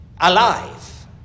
Alive